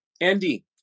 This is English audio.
Andy